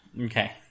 Okay